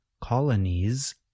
colonies